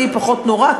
שזה הכי פחות נורא,